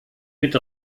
mit